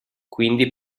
quindi